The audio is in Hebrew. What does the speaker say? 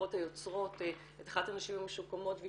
-- היוצרות את אחת הנשים המשוקמות והיא